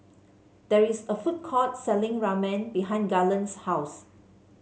there is a food court selling Ramen behind Garland's house